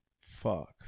Fuck